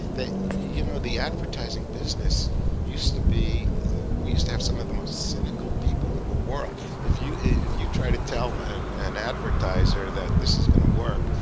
the you know the advertising business used to be we used to have some of the most cynical people in the world. if you if you try to tell and an advertiser that this is going to work,